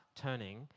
turning